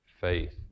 faith